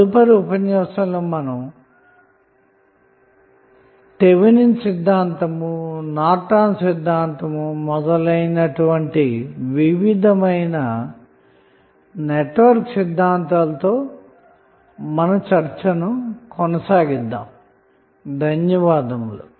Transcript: తదుపరి ఉపన్యాసంలో మనం థెవెనిన సిద్ధాంతం నార్టన్ సిద్ధాంతం మొదలైన వివిధ నెట్వర్క్ సిద్ధాంతాలతో ప్రారంభిద్దాము ధన్యవాదములు